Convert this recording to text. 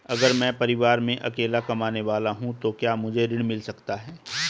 अगर मैं परिवार में अकेला कमाने वाला हूँ तो क्या मुझे ऋण मिल सकता है?